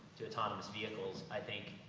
to autonomous vehicles. i think,